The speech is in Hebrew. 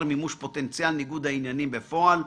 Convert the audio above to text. מימוש פוטנציאל ניגוד העניינים בפועל".